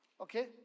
Okay